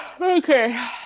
Okay